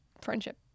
friendship